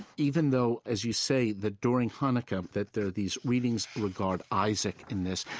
even though, as you say, that during hanukkah that there are these readings regard isaac in this,